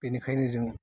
बेनिखायनो जों